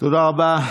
תודה רבה.